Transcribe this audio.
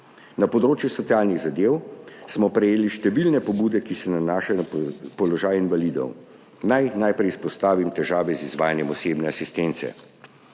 Na področju socialnih zadev smo prejeli številne pobude, ki se nanašajo na položaj invalidov. Naj najprej izpostavim težave z izvajanjem osebne asistence.